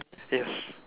yes